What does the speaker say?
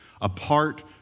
apart